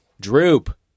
Droop